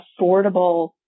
affordable